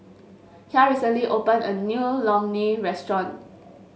Kya recently opened a new Imoni restaurant